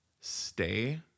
stay